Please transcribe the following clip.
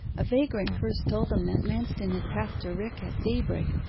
a vagrant first told them that manston had passed a rick at daybreak,